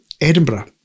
Edinburgh